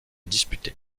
disputés